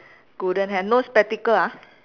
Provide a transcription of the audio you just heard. golden hair no spectacle ah